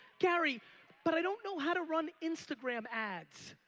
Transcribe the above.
gary but i don't know how to run instagram ads.